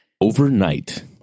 overnight